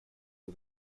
for